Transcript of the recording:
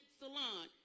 salon